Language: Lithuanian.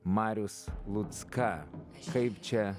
marius lucka kaip čia